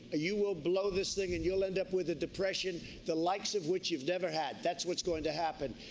you will blow this thing and you'll end up with a depression the likes of which you've never had, that's what's going to happen.